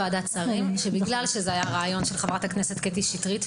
עמדתי בוועדת השרים היתה שבגלל שזה היה רעיון של חברת הכנסת קטי שטרית,